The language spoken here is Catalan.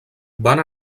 van